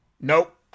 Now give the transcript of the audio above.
Nope